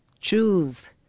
choose